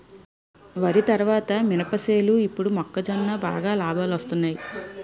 వరి తరువాత మినప సేలు ఇప్పుడు మొక్కజొన్న బాగా లాబాలొస్తున్నయ్